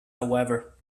however